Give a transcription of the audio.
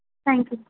thank you